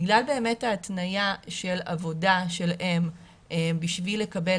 בגלל ההתניה של עבודה של אם בשביל לקבל